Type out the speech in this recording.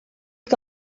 que